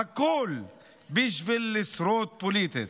הכול בשביל לשרוד פוליטית.